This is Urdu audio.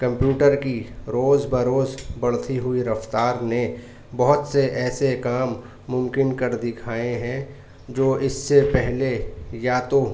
کمپیوٹر کی روز بروز بڑھتی ہوئی رفتار نے بہت سے ایسے کام ممکن کر دکھائے ہیں جو اس سے پہلے یا تو